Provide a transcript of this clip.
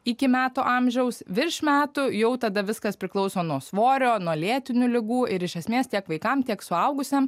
iki metų amžiaus virš metų jau tada viskas priklauso nuo svorio nuo lėtinių ligų ir iš esmės tiek vaikam tiek suaugusiam